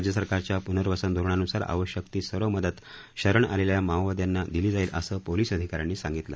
राज्यसरकारच्या पूनर्वसन धोरणान्सार आवश्यक ती सर्व मदत शरण आलेल्या माओवाद्यांना दिली जाईल असं पोलिस अधिका यांनी सांगितलं